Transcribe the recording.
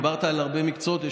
דיברת על הרבה מקצועות.